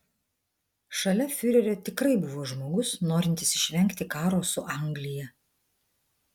šalia fiurerio tikrai buvo žmogus norintis išvengti karo su anglija